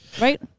Right